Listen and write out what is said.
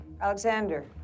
Alexander